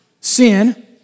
sin